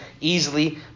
easily